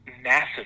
massive